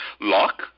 lock